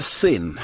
sin